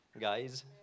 guys